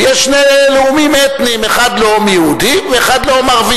ויש שני לאומים אתניים: אחד לאום יהודי ואחד לאום ערבי.